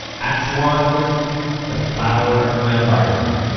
act one the flower of my garden.